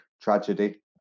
tragedy